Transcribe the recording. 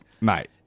Mate